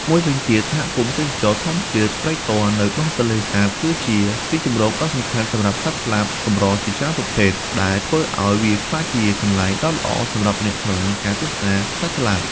មួយវិញទៀត សហគមន៍ទេសចរណ៍ធម្មជាតិព្រែកទាល់ នៅបឹងទន្លេសាប គឺជាទីជម្រកដ៏សំខាន់សម្រាប់សត្វស្លាបកម្រជាច្រើនប្រភេទ ដែលធ្វើឱ្យវាក្លាយជាកន្លែងដ៏ល្អសម្រាប់អ្នកស្រឡាញ់ការទស្សនាសត្វស្លាប។